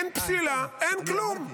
אין פסילה, אין כלום.